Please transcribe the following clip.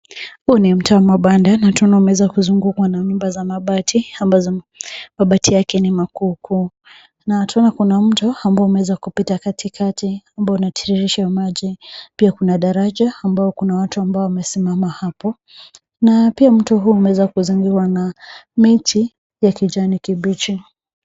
Huu ni mtaa wa mabanda na umeweza kuzungukwa na nyumba za mabati ambazo mabati yake ni makuukuu na tunaona kuna mto ambao unaweza kupita katikati ambao unatiririsha maji. Pia kuna daraja ambayo kuna watu ambao wamesimama hapo na pia mto huu umeweza kuzingirwa na miti ya kijani kibichi.